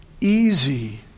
easy